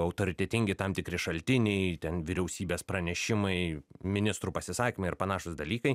autoritetingi tam tikri šaltiniai ten vyriausybės pranešimai ministrų pasisakymai ar panašūs dalykai